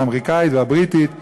האמריקנית והבריטית,